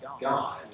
God